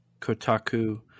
Kotaku